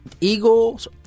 Eagles